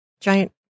giant